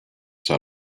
saw